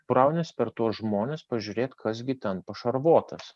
brauniesi per tuos žmones pažiūrėt kas gi ten pašarvotas